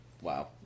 Wow